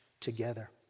together